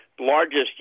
Largest